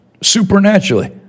supernaturally